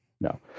no